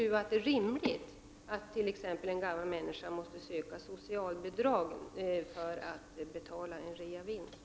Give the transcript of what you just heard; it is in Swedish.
Är det rimligt att t.ex. en gammal människa måste söka socialbidrag för att betala en reavinst?